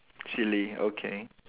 silly okay